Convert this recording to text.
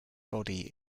body